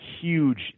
huge –